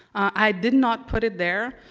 i did not put it there,